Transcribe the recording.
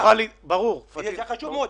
זה חשוב מאוד.